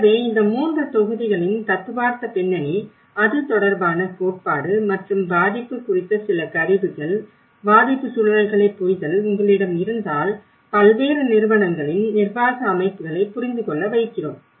எனவே இந்த 3 தொகுதிகளின் தத்துவார்த்த பின்னணி அது தொடர்பான கோட்பாடு மற்றும் பாதிப்பு குறித்த சில கருவிகள் பாதிப்பு சூழல்களைப் புரிதல் உங்களிடம் இருந்தால் பல்வேறு நிறுவனங்களின் நிர்வாக அமைப்புகளை புரிந்துகொள்ள வைக்கிறோம்